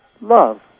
Love